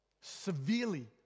Severely